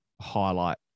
highlight